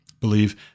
believe